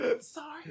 sorry